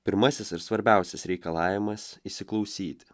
pirmasis ir svarbiausias reikalavimas įsiklausyti